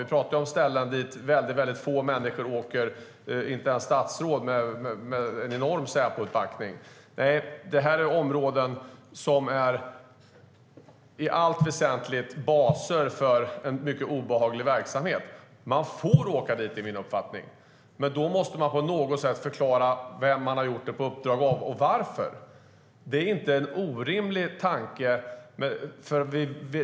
Det handlar om ställen dit väldigt få människor åker - inte ens statsråd åker dit, trots en enorm Säpouppbackning. Det handlar om områden som är baser för en mycket obehaglig verksamhet. Man får åka dit - det är min uppfattning - men då måste man kunna förklara på vems uppdrag man gör det och varför. Det är inte en orimlig tanke.